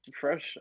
fresh